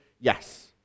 Yes